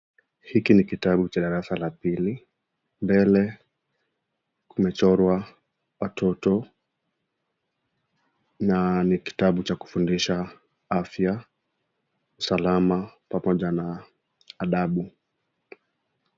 Hiki ni kitabu cha darasa la pili, mbele kumechorua watoto, na ni kitabu cha kufundisha afya salama pamoja na adabu.